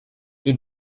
die